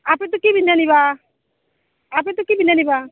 আপীটোক কি পিন্ধাই নিবা আপীটোক কি পিন্ধাই নিবা